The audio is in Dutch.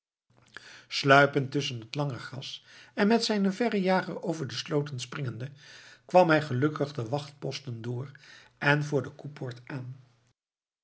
sluipend tusschen het lange gras en met zijnen verrejager over de slooten springende kwam hij gelukkig de wachtposten door en voor de koepoort aan